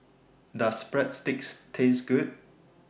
Does Breadsticks Taste Good